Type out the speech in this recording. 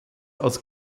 als